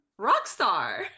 Rockstar